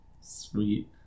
Sweet